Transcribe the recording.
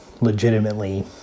legitimately